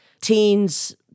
teens